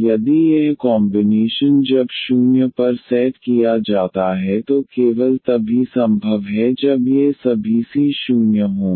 यदि यह कॉम्बिनेशन जब 0 पर सेट किया जाता है तो केवल तभी संभव है जब ये सभी c 0 हों